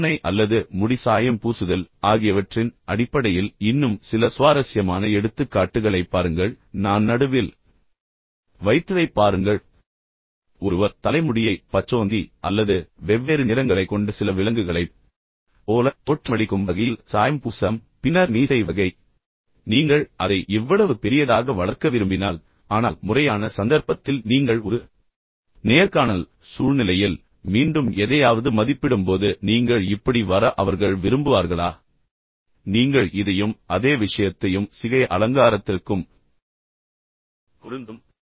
ஒப்பனை அல்லது முடி சாயம் பூசுதல் ஆகியவற்றின் அடிப்படையில் இன்னும் சில சுவாரஸ்யமான எடுத்துக்காட்டுகளைப் பாருங்கள் நான் நடுவில் வைத்ததைப் பாருங்கள் எனவே ஒருவர் தலைமுடியை பச்சோந்தி அல்லது வெவ்வேறு நிறங்களைக் கொண்ட சில விலங்குகளைப் போல தோற்றமளிக்கும் வகையில் சாயம் பூசலாம் பின்னர் மீசை வகை எனவே நீங்கள் அதை இவ்வளவு பெரியதாக வளர்க்க விரும்பினால் ஆனால் முறையான சந்தர்ப்பத்தில் நீங்கள் ஒரு நேர்காணல் சூழ்நிலையில் மீண்டும் எதையாவது மதிப்பிடும்போது நீங்கள் இப்படி வர அவர்கள் விரும்புவார்களா நீங்கள் இதையும் அதே விஷயத்தையும் சிகை அலங்காரத்திற்கும் பொருந்தும்